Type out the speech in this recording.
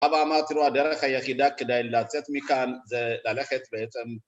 אבא אמר תראו הדרך היחידה כדי לצאת מכאן זה ללכת בעצם..